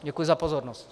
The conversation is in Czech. Děkuji za pozornost.